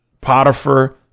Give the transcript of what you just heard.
Potiphar